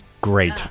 Great